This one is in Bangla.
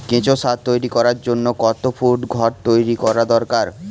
কেঁচো সার তৈরি করার জন্য কত ফুট ঘর তৈরি করা দরকার?